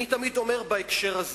אני תמיד אומר בהקשר זה